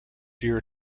year